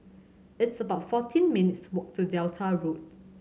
it's about fourteen minutes' walk to Delta Road